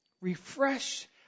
refresh